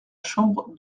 chambre